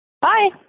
Bye